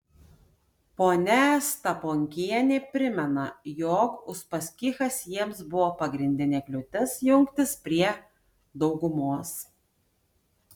ponia staponkienė primena jog uspaskichas jiems buvo pagrindinė kliūtis jungtis prie daugumos